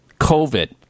COVID